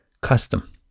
custom